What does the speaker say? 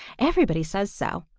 everybody says so,